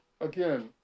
again